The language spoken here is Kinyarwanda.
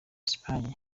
espagne